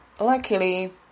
Luckily